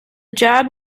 job